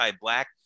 Black